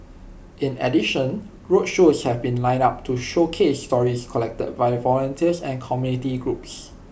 in addition roadshows have been lined up to showcase stories collected by volunteers and community groups